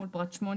מול פרט (8),